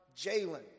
Jalen